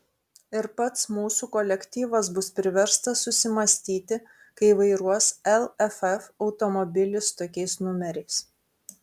ir pats mūsų kolektyvas bus priverstas susimąstyti kai vairuos lff automobilį su tokiais numeriais